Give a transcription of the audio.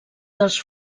dels